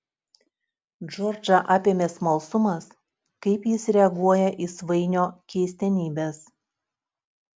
džordžą apėmė smalsumas kaip jis reaguoja į svainio keistenybes